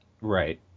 right